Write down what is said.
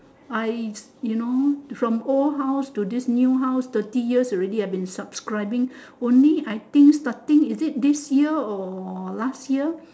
I you know from old house to this new house thirty years already I have been subscribing only I think starting is it this year or last year